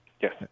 Yes